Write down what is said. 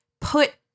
put